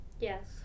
Yes